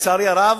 ולצערי הרב,